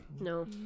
No